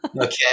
Okay